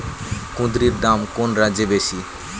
কুঁদরীর দাম কোন রাজ্যে বেশি?